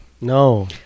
No